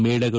ಮೇಳಗಳು